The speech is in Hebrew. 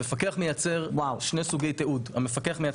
המפקח מייצר שני סוגי תיעודים.